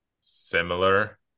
similar